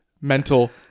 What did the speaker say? Mental